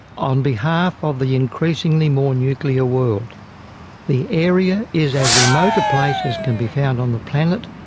on behalf of the increasingly more nuclear world the area is as remote a place as can be found on the planet,